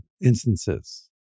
instances